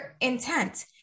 intent